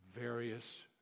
various